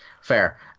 Fair